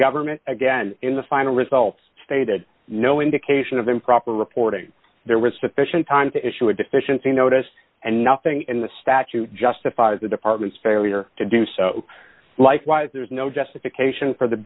government again in the final results stated no indication of improper reporting there was sufficient time to issue a deficiency notice and nothing in the statute justifies the department's failure to do so likewise there is no justification for the